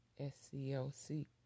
SCLC